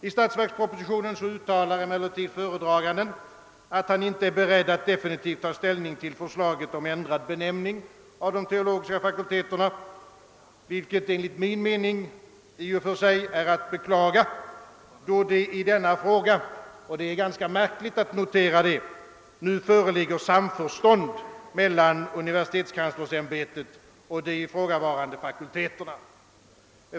I — statsverkspropositionen = uttalar emellertid föredraganden, att han inte är beredd att definitivt ta ställning till förslaget om ändrad benämning av de teologiska fakulteterna. Detta är enligt min mening att beklaga, då det i denna fråga — och det är ganska märkligt att notera det — nu föreligger samförstånd mellan universitetskanslersämbetet och de ifrågavarande fakulteterna.